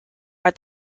are